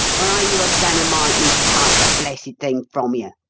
or are you a-goin' to mike me tike the blessed thing from you?